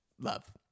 Love